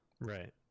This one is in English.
Right